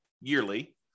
yearly